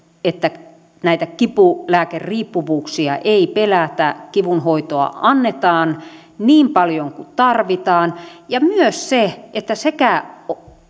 että näitä kipulääkeriippuvuuksia ei pelätä ja että kivunhoitoa annetaan niin paljon kuin tarvitaan ja myös se että sekä